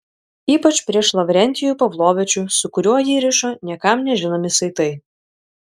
ypač prieš lavrentijų pavlovičių su kuriuo jį rišo niekam nežinomi saitai